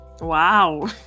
Wow